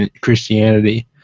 Christianity